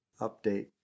update